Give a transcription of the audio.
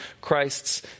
Christ's